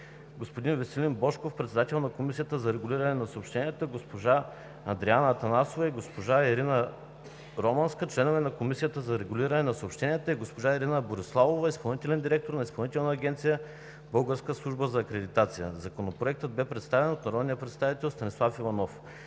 господин Веселин Божков – председател на Комисията за регулиране на съобщенията; госпожа Андреана Атанасова и госпожа Ирина Романска – членове на Комисията за регулиране на съобщенията; и госпожа Ирена Бориславова – изпълнителен директор на Изпълнителна агенция „Българска служба за акредитация”. Законопроектът бе представен от народния представител Станислав Иванов.